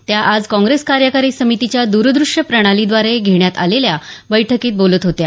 त्या आज काँग्रेस कार्यकारी समितीच्या द्रदृश्य प्रणाली द्वारे घेण्यात आलेल्या बैठकीत बोलत होत्या